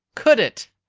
could it!